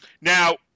Now